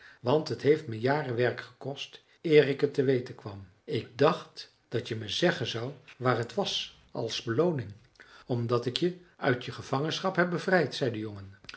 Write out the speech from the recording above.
want het heeft me jaren werk gekost eer ik het te weten kwam ik dacht dat je me zeggen zou waar het was als belooning omdat ik je uit je gevangenschap heb bevrijd zei de jongen